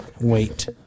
Wait